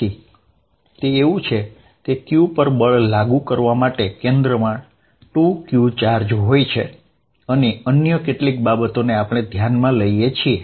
તેથી તે એવું છે કે q પર બળ લાગુ કરવા માટે કેન્દ્રમાં 2Q ચાર્જ હોય છે અને અન્ય કેટલીક બાબતોને આપણે ધ્યાનમાં લઈએ છીએ